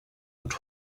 und